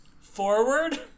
forward